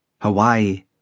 Hawaii